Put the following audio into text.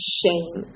shame